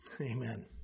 Amen